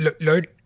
Lord